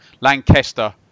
lancaster